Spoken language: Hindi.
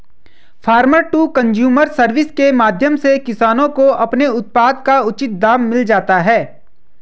फार्मर टू कंज्यूमर सर्विस के माध्यम से किसानों को अपने उत्पाद का उचित दाम मिल जाता है